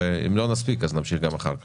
אם לא נספיק, אז נמשיך גם אחר כך.